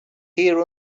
here